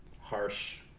harsh